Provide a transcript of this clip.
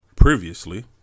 previously